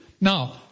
Now